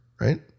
right